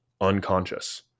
unconscious